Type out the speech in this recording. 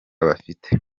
bafite